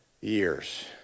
years